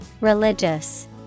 religious